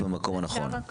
בדיון הבא